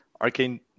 Arcane